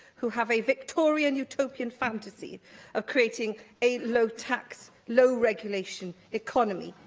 who have a victorian utopian fantasy of creating a low-tax, low-regulation economy,